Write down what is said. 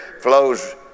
flows